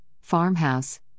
farmhouse